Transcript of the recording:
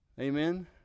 Amen